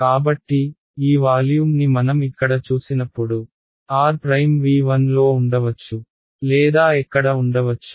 కాబట్టి ఈ వాల్యూమ్ని మనం ఇక్కడ చూసినప్పుడు r V1 లో ఉండవచ్చు లేదా ఎక్కడ ఉండవచ్చో